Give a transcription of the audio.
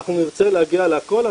אנחנו נרצה להגיע לכול.